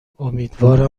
امیدوارم